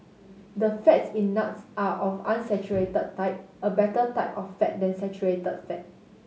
the fats in nuts are of unsaturated type a better type of fat than saturated fat